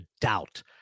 doubt